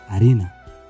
arena